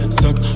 suck